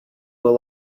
were